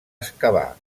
excavar